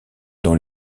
dans